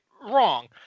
wrong